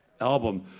album